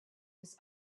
his